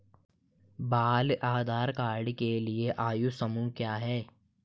बाल आधार कार्ड के लिए आयु समूह क्या है?